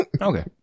Okay